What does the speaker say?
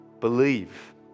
believe